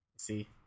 See